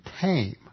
tame